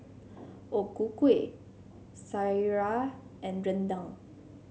O Ku Kueh sireh and rendang